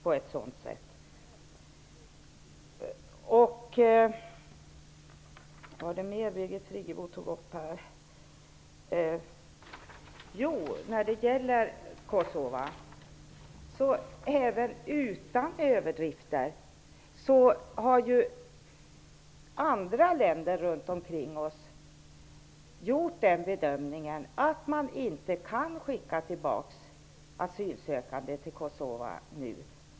Även utan hänsyn till överdrifter ser vi att andra länder omkring oss har gjort bedömningen att asylsökande inte kan skickas tillbaka till Kosova nu.